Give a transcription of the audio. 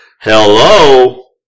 hello